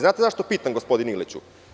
Znate zašto pitam, gospodine Iliću?